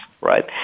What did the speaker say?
right